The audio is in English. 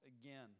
again